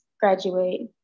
graduate